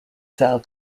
cell